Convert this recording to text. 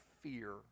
fear